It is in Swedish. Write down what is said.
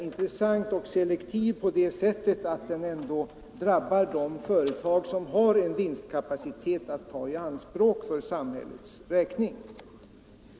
Bolagsskatten är selektiv på det sättet att den ändå drabbar de företag vilka har en vinstkapacitet som kan tas i anspråk.